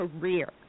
career